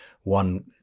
One